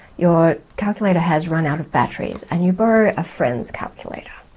your calculator has run out of batteries, and you borrow a friend's calculator.